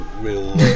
real